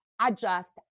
adjust